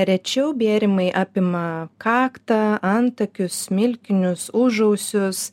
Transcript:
rečiau bėrimai apima kaktą antakius smilkinius užausius